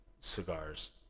cigars